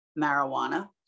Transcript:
marijuana